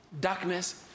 darkness